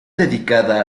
dedicada